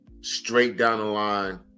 straight-down-the-line